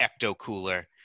ecto-cooler